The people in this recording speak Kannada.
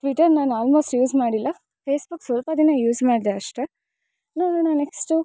ಟ್ವಿಟ್ಟರ್ ನಾನು ಆಲ್ಮೊಸ್ಟ್ ಯೂಝ್ ಮಾಡಿಲ್ಲ ಫೇಸ್ಬುಕ್ ಸ್ವಲ್ಪ ದಿನ ಯೂಝ್ ಮಾಡಿದೆ ಅಷ್ಟೆ ನೋಡೊಣ ನೆಕ್ಸ್ಟ್